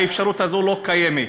האפשרות הזאת לא קיימת.